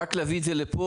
רק להביא את זה לפה?